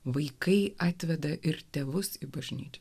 vaikai atveda ir tėvus į bažnyčią